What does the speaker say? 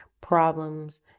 problems